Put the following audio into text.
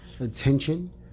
attention